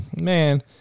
Man